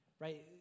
right